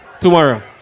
Tomorrow